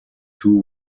two